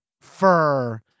fur